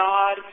God